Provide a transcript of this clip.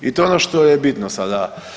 I to je ono što je bitno sada.